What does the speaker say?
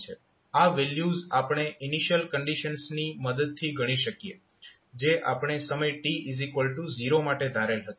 આ વેલ્યુઝ આપણે ઇનિશિયલ કંડીશન્સની મદદથી ગણી શકીએ જે આપણે સમય t0 માટે ધારેલ હતી